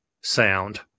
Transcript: sound